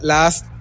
Last